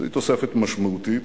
שהיא תוספת משמעותית.